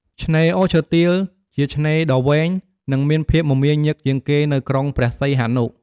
ឆ្នេរអូឈើទាល ជាឆ្នេរដ៏វែង និងមានភាពមមាញឹកជាងគេនៅក្រុងព្រះសីហនុ។